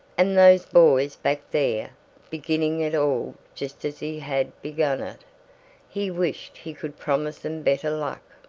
and those boys back there, beginning it all just as he had begun it he wished he could promise them better luck.